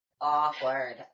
Awkward